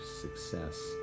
success